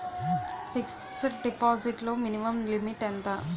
Fixed deposit లో minimum limit ఎంత?